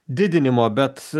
didinimo bet